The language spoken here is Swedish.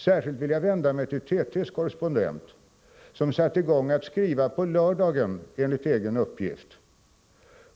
Särskilt vill jag vända mig till TT:s korrespondent, som satte i gång att skriva på lördagen, enligt egen uppgift.